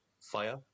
fire